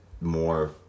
more